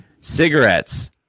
Cigarettes